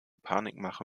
panikmache